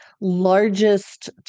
largest